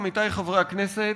עמיתי חברי הכנסת,